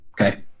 Okay